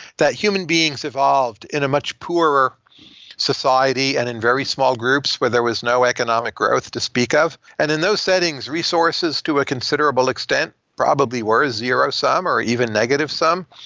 that human beings evolved in a much poorer society and in very small groups where there was no economic growth to speak of. and in those settings, resources to a considerable extent probably were zero-sum or even negative-sum.